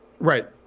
Right